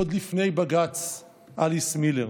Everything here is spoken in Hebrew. עוד לפני בג"ץ אליס מילר.